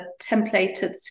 templated